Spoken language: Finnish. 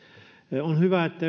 on hyvä että